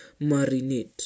marinate